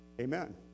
Amen